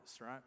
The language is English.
right